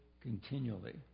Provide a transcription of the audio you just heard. continually